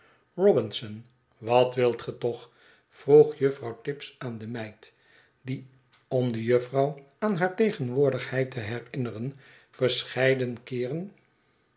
robinson wat wilt getoch vroeg juffrouw tibbs aan de meid die om de juffrouw aan haar tegen woordigheid te herinneren verscheiden keeren